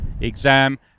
exam